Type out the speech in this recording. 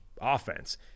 offense